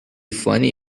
funny